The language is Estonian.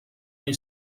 nii